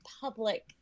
public